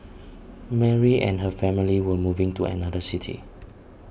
Mary and her family were moving to another city